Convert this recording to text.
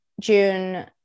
june